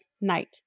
night